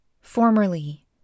Formerly